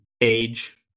age